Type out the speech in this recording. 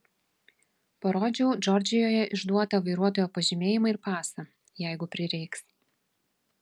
parodžiau džordžijoje išduotą vairuotojo pažymėjimą ir pasą jeigu prireiks